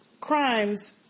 crimes